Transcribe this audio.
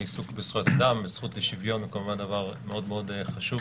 העיסוק בזכויות אדם ובזכות לשוויון הם כמובן דבר מאוד מאוד חשוב,